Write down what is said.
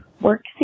work